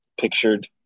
pictured